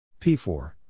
P4